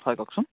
হয় কওকচোন